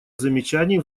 замечаний